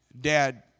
dad